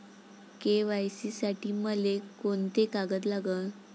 KYC साठी मले कोंते कागद लागन?